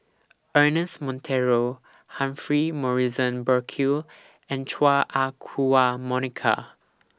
Ernest Monteiro Humphrey Morrison Burkill and Chua Ah Huwa Monica